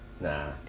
Nah